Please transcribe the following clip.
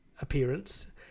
appearance